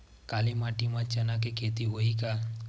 काली माटी म चना के खेती होही का?